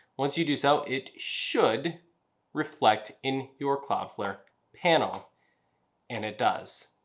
once you do so, it should reflect in your cloudflare panel and it does.